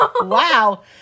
Wow